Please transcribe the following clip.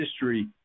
history